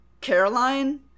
Caroline